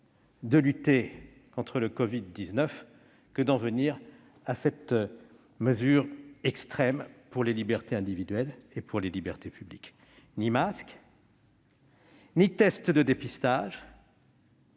de lutter contre le covid-19 que d'en venir à cette mesure extrême pour les libertés individuelles et pour les libertés publiques : ni masques, ni tests de dépistage,